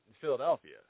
Philadelphia